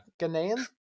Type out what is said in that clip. Ghanaian